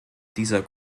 dieser